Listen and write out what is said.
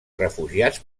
refugiats